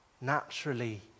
Naturally